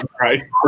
right